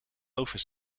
over